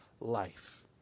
life